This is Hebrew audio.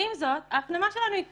ועם זאת, ההפנמה שלנו היא כזו.